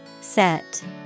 Set